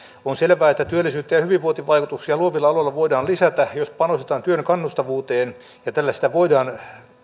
on selvää että työllisyyttä ja hyvinvointivaikutuksia luovilla aloilla voidaan lisätä jos panostetaan työn kannustavuuteen ja tällä voidaan